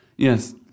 Yes